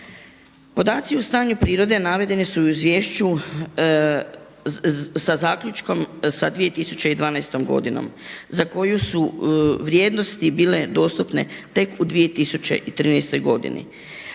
Podaci o stanju prirode navedeni su i u izvješću sa zaključkom sa 2012. godinom za koju su vrijednosti bile dostupne tek u 2013. godini